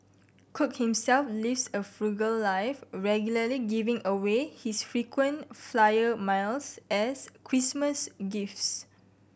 cook himself lives a frugal life regularly giving away his frequent flyer miles as Christmas gifts